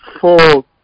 four